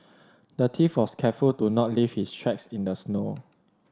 the thief was careful to not leave his tracks in the snow